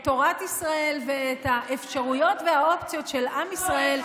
את תורת ישראל ואת האפשרויות והאופציות של עם ישראל,